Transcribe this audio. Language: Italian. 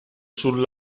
sul